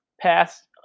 passed